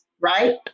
Right